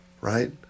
right